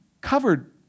covered